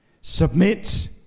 Submit